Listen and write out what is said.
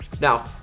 Now